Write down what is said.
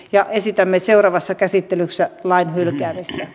ja esitämme seuraavassa käsittelyssä lain hylkäämiselle